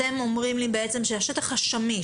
אתם אומרים לי שהשטח השמיש,